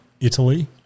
Italy